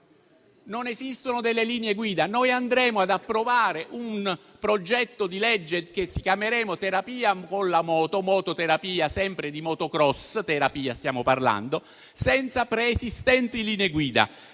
non esistono delle linee guida. Noi andremo ad approvare un progetto di legge, che chiameremo terapia con la moto piuttosto che mototerapia - ma sempre di *motocross* terapia stiamo parlando - senza preesistenti linee guida.